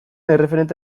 erreferente